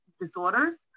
disorders